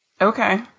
Okay